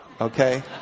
okay